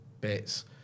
bits